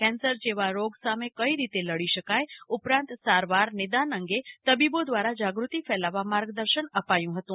cancer જેવા રોગ સામે કઈ રીતે લડી શકાય ઉપરાંત સારવાર નિદાન અંગે તબીબો દ્વારા જાગૃતિ ફેલાવવા માર્ગદર્શન અપાયું હતું